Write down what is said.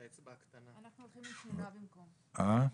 יש את זה במקורות.